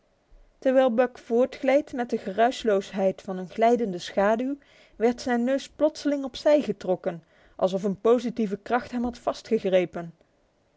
terwijl buck voortgleed met de geruisloosheid van een glijdende schaduw werd zijn neus plotseling op zij getrokken alsof een positieve kracht hem had